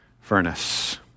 furnace